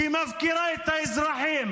שמפקירה את האזרחים